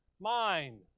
Mind